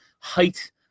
Height